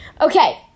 Okay